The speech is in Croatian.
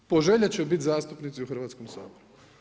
Poželjet će biti zastupnici u Hrvatskom saboru.